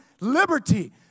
liberty